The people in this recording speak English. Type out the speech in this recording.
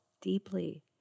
deeply